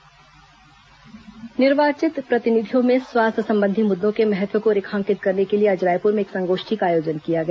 स्वास्थ्य संगोष्ठी निर्वाचित प्रतिनिधियों में स्वास्थ्य संबंधी मुद्दों के महत्व को रेखांकित करने के लिए आज रायपुर में एक संगोष्ठी का आयोजन किया गया